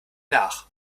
nach